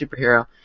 superhero